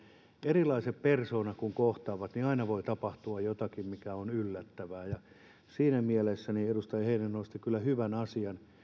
erilaiset persoonat kohtaavat niin aina voi tapahtua jotakin mikä on yllättävää siinä mielessä edustaja heinonen nosti kyllä hyvän asian